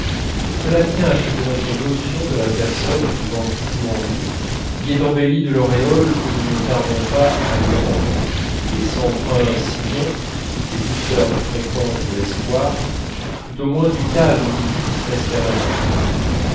cela tient à ce que notre notion de la personne vivant toujours en nous y est embellie de l'auréole que nous ne tardons pas à lui rendre et s'empreint sinon des douceurs fréquentes de l'espoir tout au moins du calme d'une tristesse permanente